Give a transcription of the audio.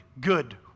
good